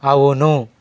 అవును